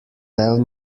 tell